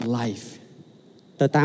life